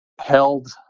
held